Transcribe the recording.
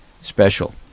special